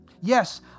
Yes